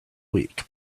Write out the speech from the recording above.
week